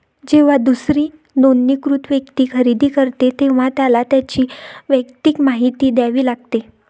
जेव्हा दुसरी नोंदणीकृत व्यक्ती खरेदी करते, तेव्हा त्याला त्याची वैयक्तिक माहिती द्यावी लागते